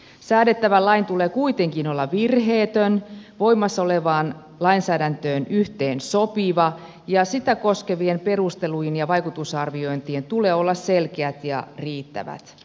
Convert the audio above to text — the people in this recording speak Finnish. säädettävän lain tulee kuitenkin olla virheetön voimassa olevaan lainsäädäntöön yhteensopiva ja sitä koskevien perustelujen ja vaikutusarviointien tulee olla selkeät ja riittävät